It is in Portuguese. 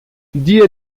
dia